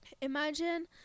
Imagine